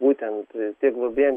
būtent tiek globėjam